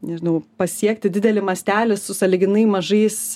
nežinau pasiekti didelį mastelį su sąlyginai mažais